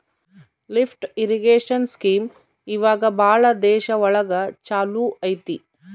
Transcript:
lift irrigation scheme ಇವಾಗ ಭಾಳ ದೇಶ ಒಳಗ ಚಾಲೂ ಅಯ್ತಿ